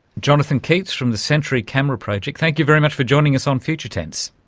jonathon keats from the century camera project, thank you very much for joining us on future tense.